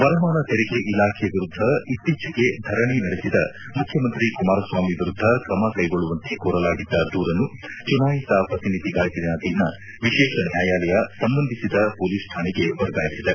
ವರಮಾನ ತೆರಿಗೆ ಇಲಾಖೆ ವಿರುದ್ದ ಇತ್ತೀಚೆಗೆ ಧರಣ ನಡೆಸಿದ ಮುಖ್ಯಮಂತ್ರಿ ಕುಮಾರಸ್ವಾಮಿ ವಿರುದ್ದ ಕ್ರಮ ಕೈಗೊಳ್ಳುವಂತೆ ಕೋರಲಾಗಿದ್ದ ದೂರನ್ನು ಚುನಾಯಿತ ಪ್ರತಿನಿಧಿಗಳಿಗಾಗಿನ ವಿಶೇಷ ನ್ಯಾಯಾಲಯ ಸಂಬಂಧಿಸಿದ ಪೊಲೀಸ್ ಠಾಣೆಗೆ ವರ್ಗಾಹಿಸಿದೆ